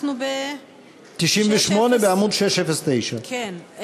אנחנו, 98, בעמוד 609. כן.